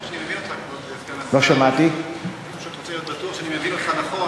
אני רוצה להיות בטוח שאני מבין אותך נכון.